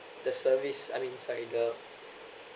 the service I mean sorry the